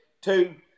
two